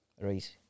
right